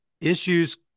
issues